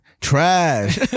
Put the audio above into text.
trash